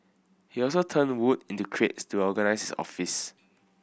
he also turned wood into crates to organise his office